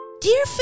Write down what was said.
Dear